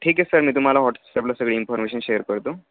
ठीक आहे सर मी तुम्हाला हॉट्सअपला सगळी इन्फॉर्मशन शेअर करतो